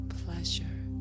pleasure